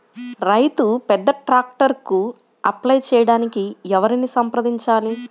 రైతు పెద్ద ట్రాక్టర్కు అప్లై చేయడానికి ఎవరిని సంప్రదించాలి?